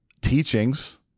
teachings